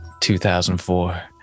2004